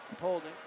holding